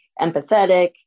empathetic